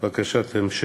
בקשה להחיל